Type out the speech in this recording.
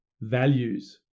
values